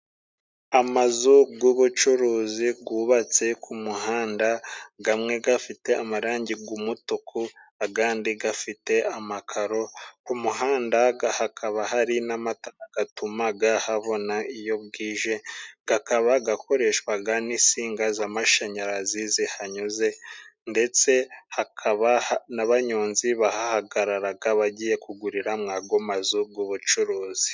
Amazu g'ubucuruzi gubatse ku muhanda. Gamwe gafite amarangi g'umutuku agandi gafite amakaro. Ku muhanda ga hakaba hari n'amatara gatumaga habona iyo bwije, gakaba gakoreshwaga n'isinga z'amashanyarazi zihanyuze, ndetse hakaba n'abanyonzi bahahagararaga bagiye kugurira mw'ago mazu g'ubucuruzi.